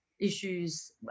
issues